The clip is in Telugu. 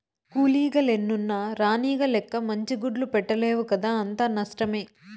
కూలీగ లెన్నున్న రాణిగ లెక్క మంచి గుడ్లు పెట్టలేవు కదా అంతా నష్టమే